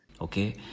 Okay